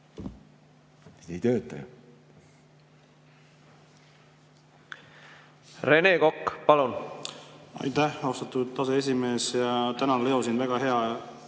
et ei tööta.